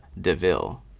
DeVille